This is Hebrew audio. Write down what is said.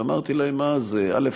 ואמרתי להם אז: א.